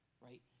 right